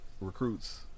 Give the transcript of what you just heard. recruits